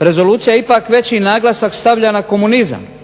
rezolucija ipak veći naglasak stavlja na komunizam